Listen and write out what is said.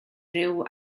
ryw